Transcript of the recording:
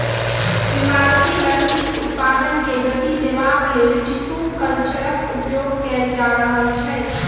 इमारती लकड़ीक उत्पादन के गति देबाक लेल टिसू कल्चरक उपयोग कएल जा रहल छै